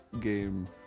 game